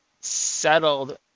settled